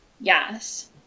Yes